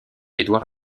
édouard